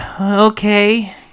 okay